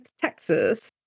Texas